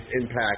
impact